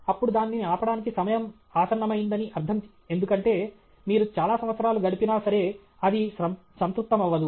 అప్పుడు దానిని ఆపడానికి సమయం ఆసన్నమైయిందని అర్ధం ఎందుకంటే మీరు చాలా సంవత్సరాలు గడిపినా సరే అది సంతృప్తమవ్వదు